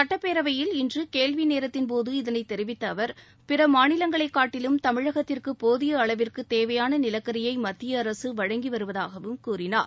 சட்டப்பேரவையில் இன்று கேள்வி நேரத்தின் போது இதனைத் தெரிவித்த அவர் பிற மாநிலங்களை காட்டிலும் தமிழகத்திற்கு போதிய அளவிற்கு தேவையாள நிலக்கரியை மத்திய அரசு வழங்கி வருவதாகவும் கூறினார்